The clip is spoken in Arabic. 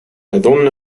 أظن